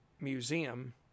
Museum